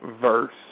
verse